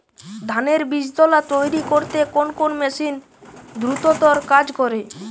ধানের বীজতলা তৈরি করতে কোন মেশিন দ্রুততর কাজ করে?